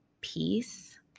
peace